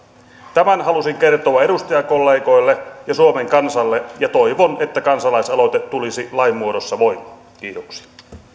tämän halusin kertoa edustajakollegoille ja suomen kansalle ja toivon että kansalaisaloite tulisi lain muodossa voimaan kiitoksia